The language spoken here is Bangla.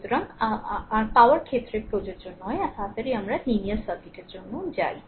সুতরাং সুতরাং আর আর পাওয়ার ক্ষেত্রে প্রযোজ্য নয় তাড়াতাড়ি আমরা লিনিয়ার সার্কিটের জন্য যাই